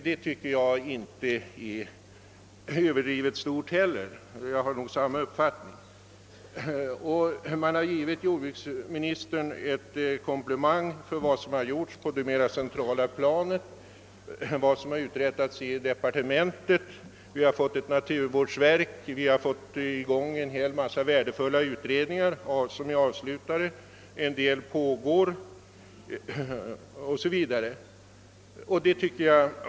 Man har givit jordbruksministern en komplimang — och i det vill jag gärna instämma — för vad som gjorts på det mera centrala planet och för vad som har uträttats i departementet. Vi har fått ett naturvårdsverk, och vi har fått i gång en hel mängd värdefulla utredningar. En del av dessa är avslutade och en del pågår.